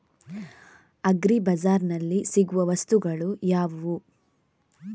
Agri ಬಜಾರ್ನಲ್ಲಿ ಸಿಗುವ ವಸ್ತುಗಳು ಯಾವುವು?